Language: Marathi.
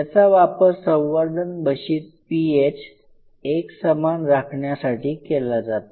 याचा वापर संवर्धन बशीत पीएच एकसमान राखण्यासाठी केला जातो